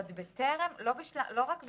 עוד בטרם שלב החירום,